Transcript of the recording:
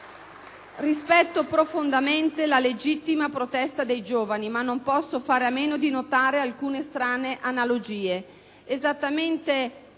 Rispetto profondamente la legittima protesta dei giovani, ma non posso fare a meno di notare alcune strane analogie.